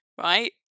right